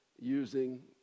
using